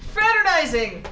Fraternizing